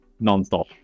nonstop